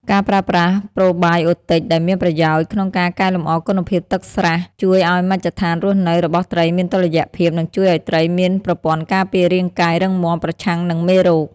ការប្រើប្រាស់ប្រូបាយអូទិចដែលមានប្រយោជន៍ ក្នុងការកែលម្អគុណភាពទឹកស្រះ ជួយឱ្យមជ្ឈដ្ឋានរស់នៅរបស់ត្រីមានតុល្យភាព និងជួយឱ្យត្រីមានប្រព័ន្ធការពាររាងកាយរឹងមាំប្រឆាំងនឹងមេរោគ។